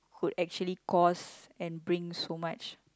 could actually cause and bring so much